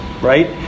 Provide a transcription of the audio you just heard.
right